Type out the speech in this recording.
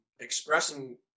expressing